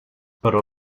però